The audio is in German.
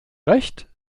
recht